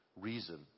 reason